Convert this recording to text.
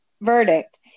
verdict